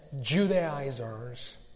Judaizers